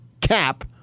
cap